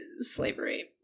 slavery